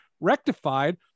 rectified